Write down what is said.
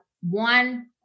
one